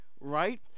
right